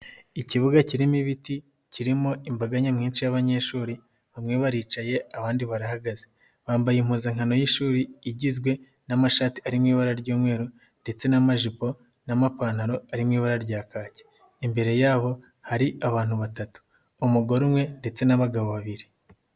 Ikibuga kirimo ibiti kirimo imbaga nyamwinshi y'abanyeshuri bamwe baricaye abandi barahagaze. Bambaye impuzankano y'ishuri igizwe n'amashati ari mu ibara ry'umweru ndetse n'amajipo n'amapantaro ari mu ibara rya kaki. Imbere yabo hari abantu batatu, umugore umwe ndetse n'abagabo babiri.